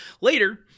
later